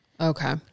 Okay